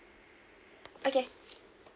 okay